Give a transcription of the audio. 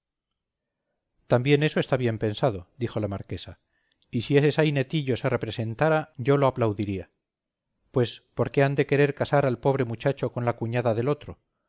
también eso está bien pensado dijo la marquesa y si ese sainetillo se representara yo lo aplaudiría pues por qué han de querer casar al pobre muchacho con la cuñada del otro